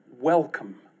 welcome